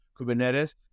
Kubernetes